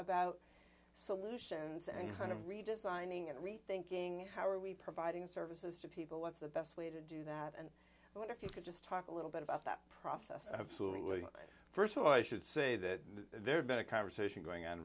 about solutions and kind of redesigning and rethinking how are we providing services to people what's the best way to do that and what if you could just talk a little bit about that process absolutely first of all i should say that there's been a conversation going on